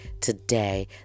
today